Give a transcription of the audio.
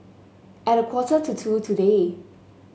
at a quarter to two today